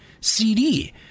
CD